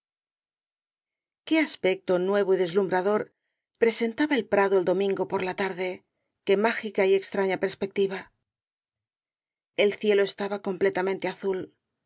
qué aspecto nuevo y deslumbrador presentaba el prado el domingo por la tarde qué mágica y extraña perspectiva el cielo estaba completamente azul